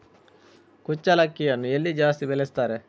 ಕುಚ್ಚಲಕ್ಕಿಯನ್ನು ಎಲ್ಲಿ ಜಾಸ್ತಿ ಬೆಳೆಸ್ತಾರೆ?